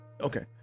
okay